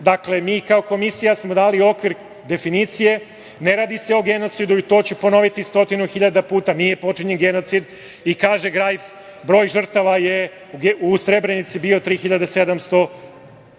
bitan. Dakle, mi kao komisija smo dali okvir definicije. Ne radi se o genocidu, i to ću ponoviti stotinu hiljada puta, nije počinjen genocid i, kaže Grajf, broj žrtava u Srebrenici je bio 3.700